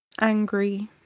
angry